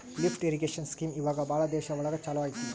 lift irrigation scheme ಇವಾಗ ಭಾಳ ದೇಶ ಒಳಗ ಚಾಲೂ ಅಯ್ತಿ